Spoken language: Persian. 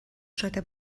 شده